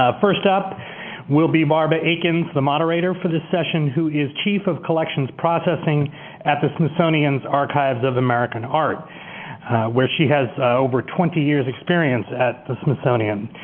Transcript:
ah first up will be barb aikens, the moderator for the session, who is chief of collections processing at the smithsonian's archives of american art where she has over twenty years' experience at the smithsonian.